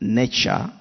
nature